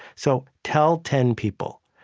so tell ten people.